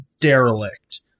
derelict